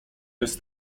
jest